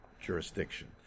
jurisdiction